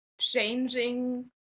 changing